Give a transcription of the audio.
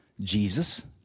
Jesus